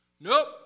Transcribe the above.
Nope